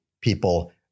People